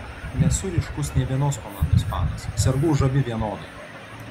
nesu ryškus nė vienos komandos fanas sergu už abi vienodai